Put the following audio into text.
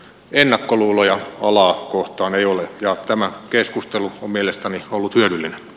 ennakkoluuloja alaa kohtaan ei ole ja tämä keskustelu on mielestäni ollut hyödyllinen